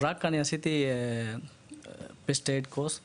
אני עשיתי קורס בגלל,